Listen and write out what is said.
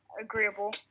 agreeable